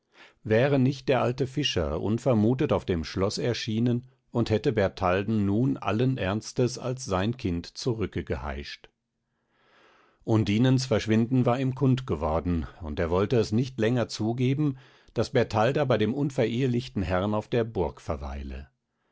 wäre nicht der alte fischer unvermutet auf dem schloß erschienen und hätte bertalden nun alles ernstes als sein kind zurückegeheischt undinens verschwinden war ihm kundgeworden und er wollte es nicht länger zugeben daß bertalda bei dem unverehlichten herrn auf der burg verweile